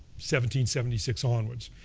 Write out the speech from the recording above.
seventy seventy six onwards.